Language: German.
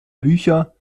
bücher